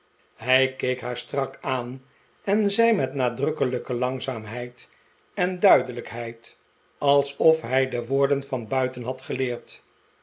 hij keek haar strak aan en zei met nadrukkelijke langzaamheid en duidelijkheid alsof hij de woorden van buiten had geleerd